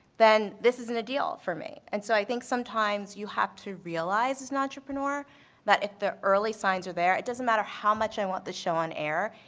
then this isn't a deal for me. and so i think sometimes you have to realize as an entrepreneur that if the early signs are there, it doesn't matter how much i want the show on air,